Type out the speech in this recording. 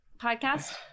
podcast